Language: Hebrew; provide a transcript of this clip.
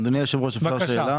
אדוני היושב ראש, שאלה.